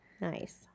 Nice